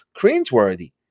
cringeworthy